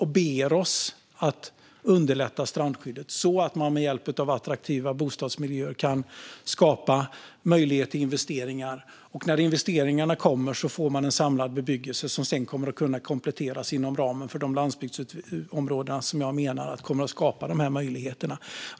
De ber oss att underlätta strandskyddet så att man med hjälp av attraktiva bostadsmiljöer kan skapa möjlighet till investeringar. När investeringarna kommer får man en samlad bebyggelse som sedan kommer att kunna kompletteras inom ramen för de landsbygdsområden som jag menar kommer att skapa de här möjligheterna.